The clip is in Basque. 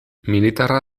militarra